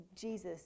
Jesus